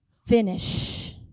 finish